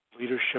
leadership